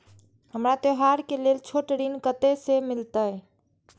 हमरा त्योहार के लेल छोट ऋण कते से मिलते?